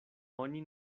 oni